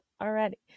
already